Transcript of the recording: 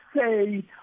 say